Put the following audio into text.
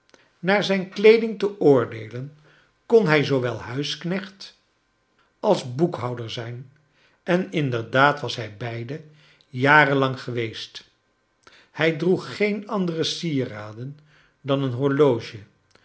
naar zijn kleeding te oordeelen kon hij zoowel huisknecht als boekhouder zijn en inderdaad was hij beide jaren lang geweest hij droeg geen andere sieraden dan een liorloge